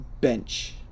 Bench